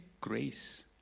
grace